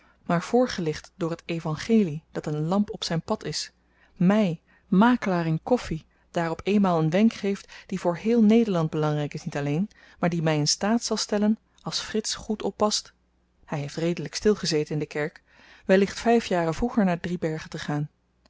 gezet maar voorgelicht door het evangelie dat een lamp op zyn pad is my makelaar in koffi daar op eenmaal een wenk geeft die voor heel nederland belangryk is niet alleen maar die my in staat zal stellen als frits goed oppast hy heeft redelyk stil gezeten in de kerk wellicht vyf jaren vroeger naar driebergen te gaan